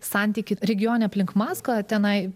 santykį regione aplink maskvą tenai